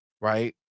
right